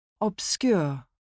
Obscure